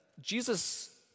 Jesus